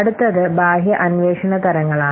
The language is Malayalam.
അടുത്തത് ബാഹ്യ അന്വേഷണ തരങ്ങളാണ്